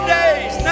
days